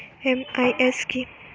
MIS কি?